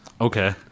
Okay